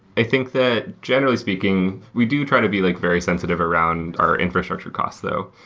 i think that, generally speaking, we do try to be like very sensitive around our infrastructure costs though.